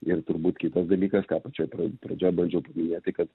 ir turbūt kitas dalykas ką pačioj pra pradžioj bandžiau minėti kad